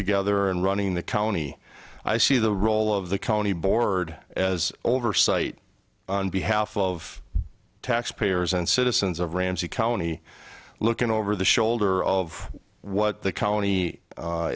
together and running the county i see the role of the county board as oversight on behalf of taxpayers and citizens of ramsey county looking over the shoulder of what the co